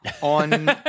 on